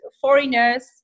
foreigners